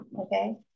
Okay